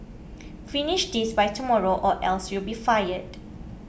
finish this by tomorrow or else you'll be fired